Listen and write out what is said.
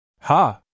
Ha